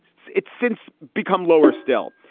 it's it's since become lower still.